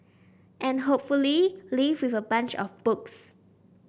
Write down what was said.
and hopefully leave with a bunch of books